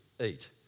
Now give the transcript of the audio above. eat